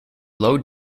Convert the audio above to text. low